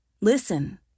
Listen